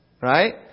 right